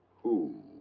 who.